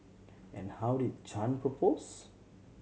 and how did Chan propose